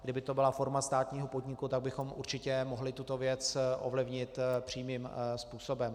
Kdyby to byla forma státního podniku, tak bychom určitě mohli tuto věc ovlivnit přímým způsobem.